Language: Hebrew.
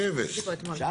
שבס.